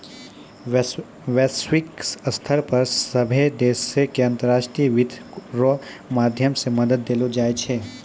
वैश्विक स्तर पर सभ्भे देशो के अन्तर्राष्ट्रीय वित्त रो माध्यम से मदद देलो जाय छै